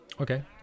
Okay